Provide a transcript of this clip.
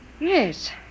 Yes